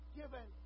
given